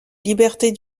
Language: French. libertés